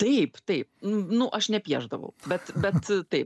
taip taip nu nu aš ne piešdavau bet bet taip